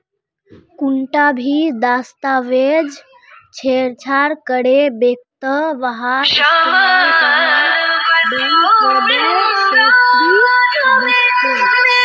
कुंटा भी दस्तावेजक छेड़छाड़ करे बैंकत वहार इस्तेमाल करना बैंक फ्रॉडेर श्रेणीत वस्छे